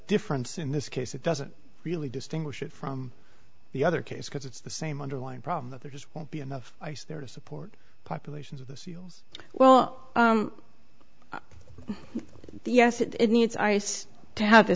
difference in this case it doesn't really distinguish it from the other case because it's the same underlying problem that there just won't be enough ice there to support populations of the seals well yes it it needs ice to have the